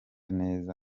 neza